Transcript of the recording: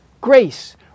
grace